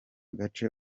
gace